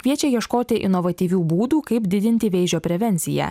kviečia ieškoti inovatyvių būdų kaip didinti vėžio prevenciją